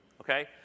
okay